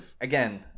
again